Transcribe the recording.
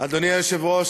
יואל חסון.